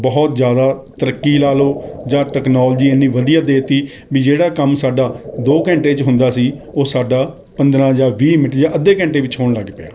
ਬਹੁਤ ਜ਼ਿਆਦਾ ਤਰੱਕੀ ਲਾ ਲਓ ਜਾਂ ਟੈਕਨੋਲਜੀ ਇੰਨੀ ਵਧੀਆ ਦੇ ਤੀ ਬਈ ਜਿਹੜਾ ਕੰਮ ਸਾਡਾ ਦੋ ਘੰਟੇ ਵਿਚ ਹੁੰਦਾ ਸੀ ਉਹ ਸਾਡਾ ਪੰਦਰਾਂ ਜਾਂ ਵੀਹ ਮਿੰਟ ਜਾਂ ਅੱਧੇ ਘੰਟੇ ਵਿੱਚ ਹੋਣ ਲੱਗ ਪਿਆ